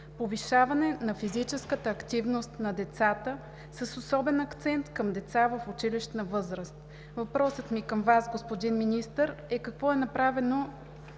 „Повишаване на физическата активност на децата с особен акцент към деца в училищна възраст“. Въпросът ми към Вас, господин Министър, е: какво е направено